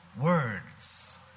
words